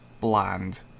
bland